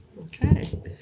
Okay